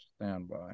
standby